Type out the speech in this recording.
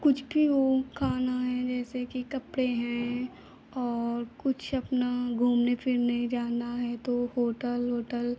कुछ भी हो खाना है जैसे कि कपड़े हैं और कुछ अपना घूमने फिरने जाना है तो होटल ओटल